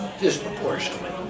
disproportionately